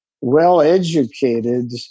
well-educated